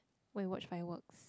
go and watch fireworks